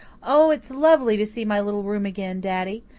oh, it's lovely to see my little room again, daddy.